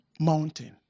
mountain